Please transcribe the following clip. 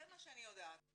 זה מה שאני יודעת,